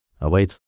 awaits